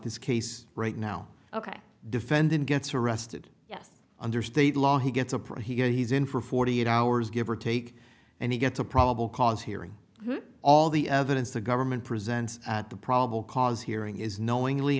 this case right now ok defendant gets arrested yes under state law he gets a pretty good he's in for forty eight hours give or take and he gets a probable cause hearing all the evidence the government presents at the probable cause hearing is knowingly